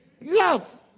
love